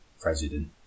President